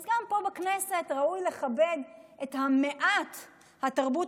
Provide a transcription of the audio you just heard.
אז גם פה בכנסת ראוי לכבד את מעט התרבות